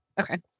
Okay